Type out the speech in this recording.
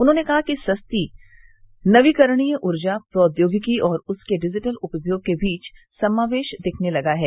उन्होंने कहा कि सस्ती नवीकरणीय ऊर्जा प्रौद्योगिकी और उसके डिजिटल उपयोग के बीच समावेश दिखने लगा है